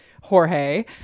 Jorge